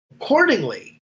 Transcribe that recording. Accordingly